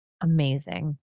Amazing